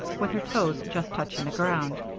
with her toes just touching the ground.